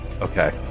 Okay